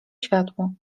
światło